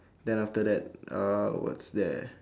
then after that err what's there